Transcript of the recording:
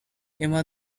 emma